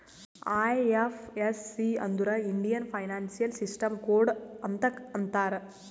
IFSC ಅಂದುರ್ Indian financial system code ಅಂತ್ ಅಂತಾರ್